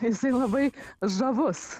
jisai labai žavus